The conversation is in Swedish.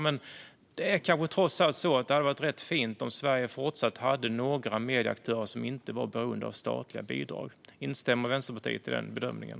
Men det hade kanske trots allt varit fint om Sverige fortfarande hade några medieaktörer som inte är beroende av statliga bidrag. Instämmer Vänsterpartiet i den bedömningen?